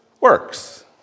works